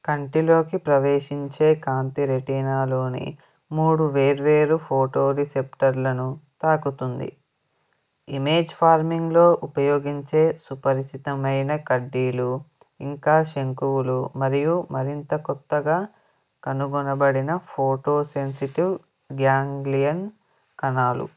కంటిలోకి ప్రవేశించే కాంతి రెటీనాలోని మూడు వేర్వేరు ఫోటో రిసెఫ్టర్లను తాకుతుంది ఇమేజ్ ఫార్మింగ్లో ఉపయోగించే సుపరిచితమైన కడ్డీలు ఇంకా శంకువులు మరియు మరింత కొత్తగా కనుగొనబడిన ఫోటో సెన్సిటీవ్ గ్యాంగ్లియన్ కణాలు